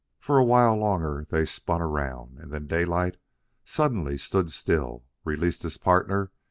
for a while longer they spun around, and then daylight suddenly stood still, released his partner,